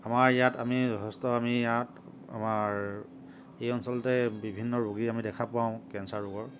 আমাৰ ইয়াত আমি যথেষ্ট আমি ইয়াত আমাৰ এই অঞ্চলতে বিভিন্ন ৰোগী আমি দেখা পাওঁ কেঞ্চাৰ ৰোগৰ